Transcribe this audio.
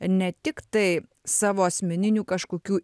ne tiktai savo asmeninių kažkokių